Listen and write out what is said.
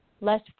less